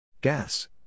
Gas